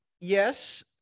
yes